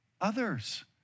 others